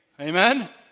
Amen